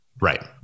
Right